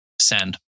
send